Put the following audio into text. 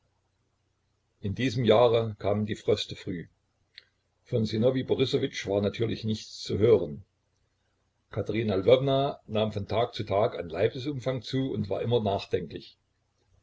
in diesem jahre kamen die fröste früh von sinowij borissowitsch war natürlich nichts zu hören katerina lwowna nahm von tag zu tag an leibesumfang zu und war immer nachdenklich